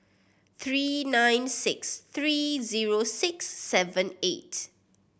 three nine six three zero six seven eight